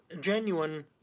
genuine